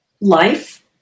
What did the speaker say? life